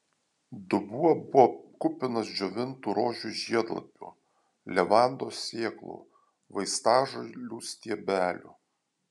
dubuo buvo kupinas džiovintų rožių žiedlapių levandos sėklų vaistažolių stiebelių